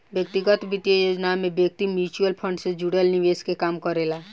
व्यक्तिगत वित्तीय योजनाओं में व्यक्ति म्यूचुअल फंड से जुड़ल निवेश के काम करेला